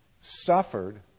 suffered